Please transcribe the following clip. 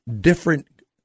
different